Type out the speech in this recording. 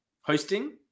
hosting